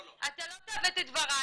אתה לא תעוות את דבריי,